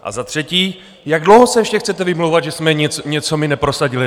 A za třetí, jak dlouho se ještě chcete vymlouvat, že jsme my něco neprosadili?